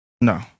No